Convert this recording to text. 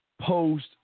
post